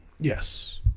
Yes